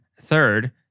third